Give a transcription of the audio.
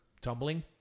Tumbling